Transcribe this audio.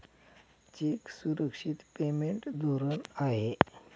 check सुरक्षित payment धोरण आहे